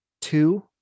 Two